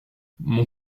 mon